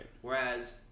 whereas